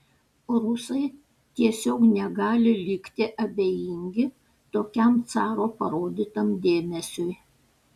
rusai tiesiog negali likti abejingi tokiam caro parodytam dėmesiui